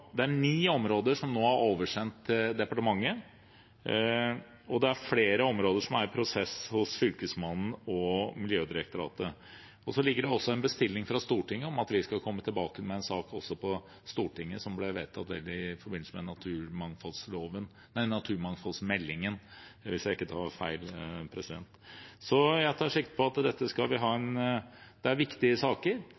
Det er nå ni områder som er oversendt departementet, og det er flere områder som er i prosess hos Fylkesmannen og Miljødirektoratet. Det foreligger også en bestilling fra Stortinget om at vi skal komme tilbake til Stortinget med en sak som vel ble vedtatt i forbindelse med naturmangfoldmeldingen, hvis jeg ikke tar feil. Dette er viktige saker – det er viktige saker for Norge, det er viktige saker lokalt – også for å få en